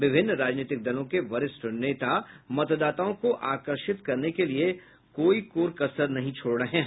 विभिन्न राजनीतिक दलों के वरिष्ठ नेता मतदाताओं को आकर्षित करने के लिए कोई कोर कसर नहीं छोड़ रहे हैं